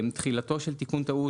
תחילתו של תיקון טעות,